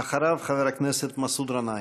אחריו, חבר הכנסת מסעוד גנאים.